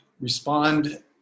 respond